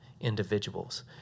individuals